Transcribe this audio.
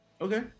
okay